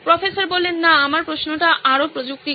professor না আমার প্রশ্নটি আরও প্রযুক্তিগত